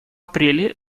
апреле